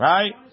Right